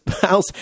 house